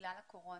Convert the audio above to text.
בגלל הקורונה.